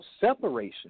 separation